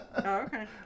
okay